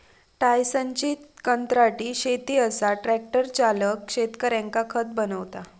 टायसनची कंत्राटी शेती असा ट्रॅक्टर चालक शेतकऱ्यांका खत बनवता